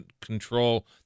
control